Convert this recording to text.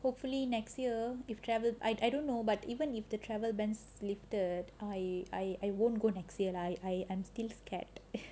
hopefully next year if travel I I don't know but even if the travel bans lifted I I won't go next year I I I'm still scared